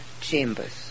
chambers